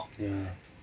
ya